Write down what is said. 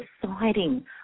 deciding